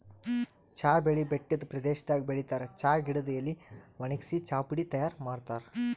ಚಾ ಬೆಳಿ ಬೆಟ್ಟದ್ ಪ್ರದೇಶದಾಗ್ ಬೆಳಿತಾರ್ ಚಾ ಗಿಡದ್ ಎಲಿ ವಣಗ್ಸಿ ಚಾಪುಡಿ ತೈಯಾರ್ ಮಾಡ್ತಾರ್